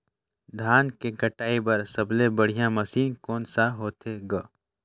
धान के कटाई बर सबले बढ़िया मशीन कोन सा होथे ग?